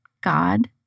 God